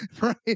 right